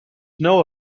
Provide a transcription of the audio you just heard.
know